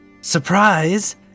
Surprise